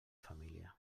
família